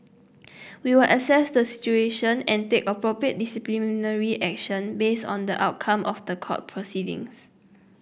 we'll assess the situation and take appropriate disciplinary action based on the outcome of the court proceedings